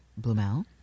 Blumel